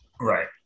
Right